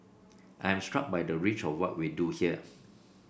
I am struck by the reach of what we do here